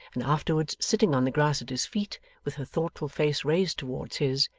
and afterwards sitting on the grass at his feet, with her thoughtful face raised towards his,